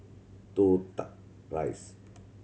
Toh Tuck Rise